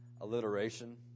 alliteration